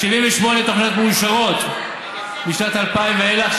78 תוכניות מאושרות משנת 2000 ואילך,